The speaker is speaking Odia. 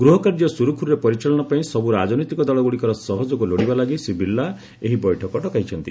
ଗୃହକାର୍ଯ୍ୟ ସୁରୁଖୁରୁରେ ପରିଚାଳନା ପାଇଁ ସବୁ ରାଜନୈତିକ ଦଳଗୁଡ଼ିକର ସହଯୋଗ ଲୋଡ଼ିବା ଲାଗି ଶ୍ରୀ ବିର୍ଲା ଏହି ବୈଠକ ଡକାଇଛନ୍ତି